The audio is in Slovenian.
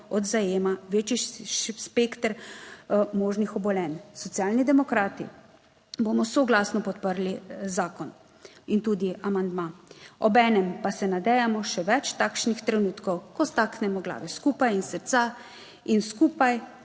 od zajema večji spekter možnih obolenj. Socialni demokrati bomo soglasno podprli zakon in tudi amandma, obenem pa se nadejamo še več takšnih trenutkov, ko staknemo glave skupaj in srca in skupaj